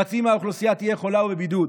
חצי מהאוכלוסייה תהיה חולה או בבידוד.